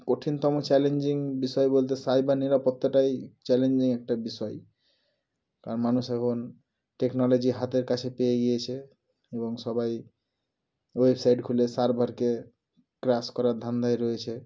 কঠিনতম চ্যালেঞ্জিং বিষয় বলতে সাইবার নিরাপত্তাটাই চ্যালেঞ্জিং একটা বিষয় কারণ মানুষ এখন টেকনোলজি হাতের কাছে পেয়ে গিয়েছে এবং সবাই ওয়েবসাইট খুলে সার্ভারকে ক্রাশ করার ধানধায় রয়েছে